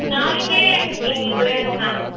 நாளைக்கே எங்களுக்கு வேணும் மேம்